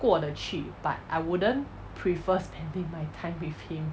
过得去 but I wouldn't prefer spending my time with him